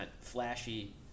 flashy